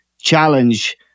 challenge